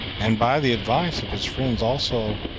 and by the advice of his friends also,